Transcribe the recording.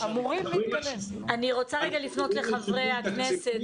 אני רוצה רגע לפנות לחברי הכנסת